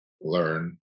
learn